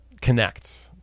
connect